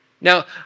Now